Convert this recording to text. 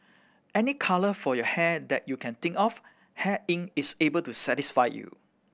any colour for your hair that you can think of Hair Inc is able to satisfy you